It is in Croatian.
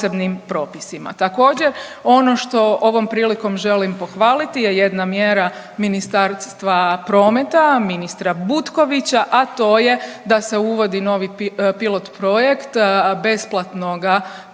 Također ono što ovom prilikom želim pohvaliti je jedna mjera Ministarstva prometa, ministra Butkovića a to je da se uvodi novi pilot projekt besplatnoga prijevoza